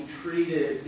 treated